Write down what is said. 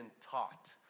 taught